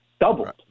doubled